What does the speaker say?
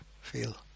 feel